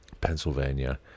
Pennsylvania